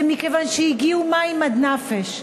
זה מכיוון שהגיעו מים עד נפש,